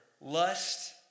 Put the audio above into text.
lust